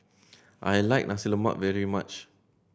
I like Nasi Lemak very much